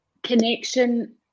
connection